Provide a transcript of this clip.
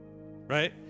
Right